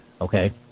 okay